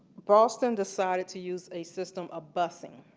boston decided to use a system of busing.